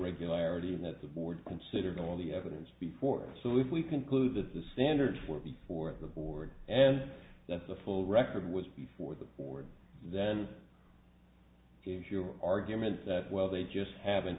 regularity that the board considered all the evidence before so if we conclude that the standard for before the board as that's the full record was before the board then here's your argument that well they just haven't